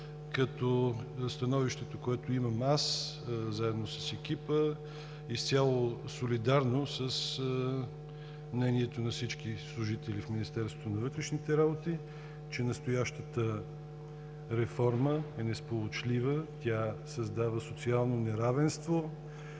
като становището, което имам аз заедно с екипа, е изцяло солидарно с мнението на всички служители в Министерството на вътрешните работи, че настоящата реформа е несполучлива. Тя създава социално неравенство